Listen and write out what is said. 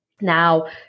Now